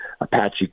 Apache